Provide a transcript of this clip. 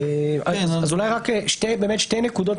אז אולי רק שתי נקודות,